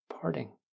parting